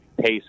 Pace